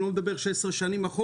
אני לא מדבר על זה שזה עשר שנים אחורה.